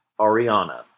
Ariana